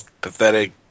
pathetic